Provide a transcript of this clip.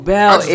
Bell